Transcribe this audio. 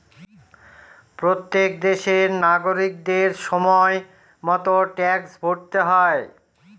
প্রত্যেক দেশের নাগরিকদের সময় মতো ট্যাক্স ভরতে হয়